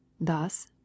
Thus